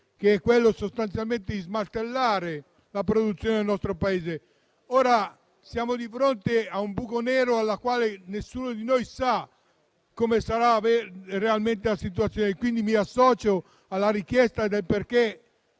che è quello sostanzialmente di smantellare la produzione nel nostro Paese. Ora siamo di fronte a un buco nero e nessuno di noi sa come evolverà la situazione. Mi associo alla richiesta di